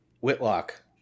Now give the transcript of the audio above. Whitlock